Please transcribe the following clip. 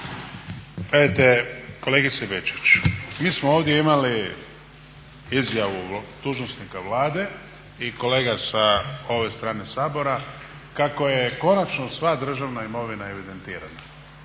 Gledajte kolegice Bečić, mi smo ovdje imali izjavu dužnosnika Vlade i kolega sa ove strane Sabora kako je konačno sva državna imovina evidentirana.